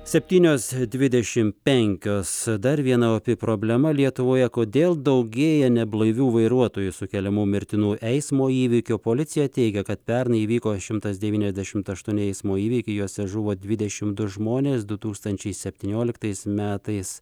septynios dvidešimt penkios dar viena opi problema lietuvoje kodėl daugėja neblaivių vairuotojų sukeliamų mirtinų eismo įvykių policija teigia kad pernai įvyko šimtas devyniasdešimt aštuoni eismo įvykiai juose žuvo dvidešimt du žmonės du tūkstančiai septynioliktais metais